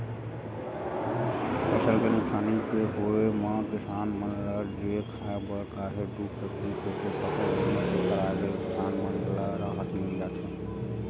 फसल के नुकसानी के होय म किसान मन ल जीए खांए बर काहेच दुख तकलीफ होथे फसल बीमा के कराय ले किसान मन ल राहत मिल जाथे